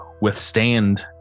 withstand